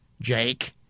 Jake